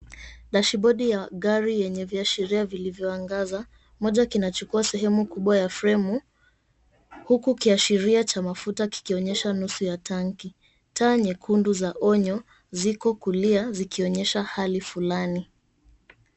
Dashboard ya gari yenye viashiria vilivyoangaza, moja kinachukua sehemu kubwa ya fremu. Huku kiashiria cha mafuta kikionyesha nusu ya tanki. Taa nyekundu za onyo ziko kulia, zikionyesha hali fulani.